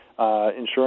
Insurance